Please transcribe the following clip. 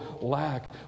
lack